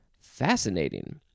fascinating